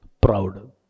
proud